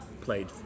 played